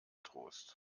trost